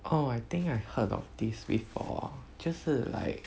oh I think I heard of this before 就是 like